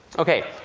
ok,